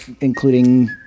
including